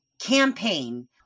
campaign